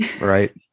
right